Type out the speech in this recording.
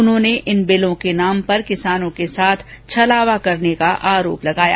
उन्होंने इन बिलों के नाम पर किसानों के साथ छलावा करने का आरोप लगाया